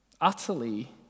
utterly